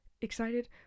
excited